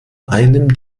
einem